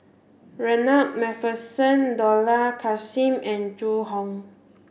Ronald MacPherson Dollah Kassim and Zhu Hong